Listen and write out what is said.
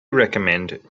recommend